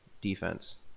defense